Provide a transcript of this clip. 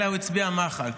אלא הוא הצביע מחל.